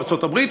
בארצות-הברית,